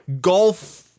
golf